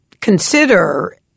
consider